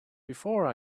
before